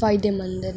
फायदेमंद न